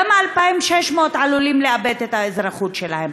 גם ה-2,600 עלולים לאבד את האזרחות שלהם.